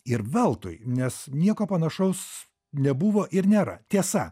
ir veltui nes nieko panašaus nebuvo ir nėra tiesa